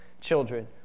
children